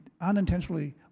unintentionally